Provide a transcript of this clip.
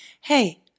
hey